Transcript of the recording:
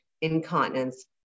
incontinence